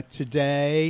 today